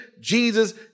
Jesus